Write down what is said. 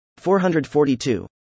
442